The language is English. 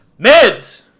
MEDS